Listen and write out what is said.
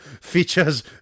features